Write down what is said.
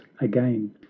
again